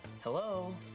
hello